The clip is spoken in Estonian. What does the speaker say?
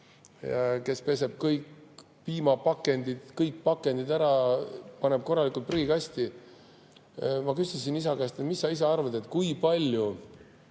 kes peseb kõik piimapakendid ja muud pakendid ära, paneb korralikult prügikasti. Ma küsisin isa käest, et mis ta arvab, kui palju